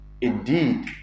indeed